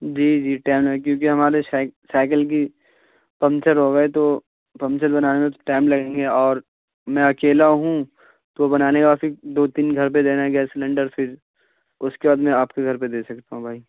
جی جی ٹائم لگے گا کیونکہ ہمیں ہمارے سائیکل کی پمچر ہو گئے تو پمچر بنانے میں تو ٹائم لگیں گے اور میں اکیلا ہوں تو بنانے کے بعد پھر دو تین گھر پہ دینا ہے گیس سلینڈر پھر اس کے بعد میں آپ کے گھر پہ دے سکتا ہوں بھائی